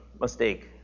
mistake